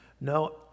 No